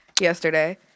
yesterday